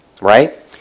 Right